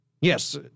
Yes